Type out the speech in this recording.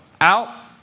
out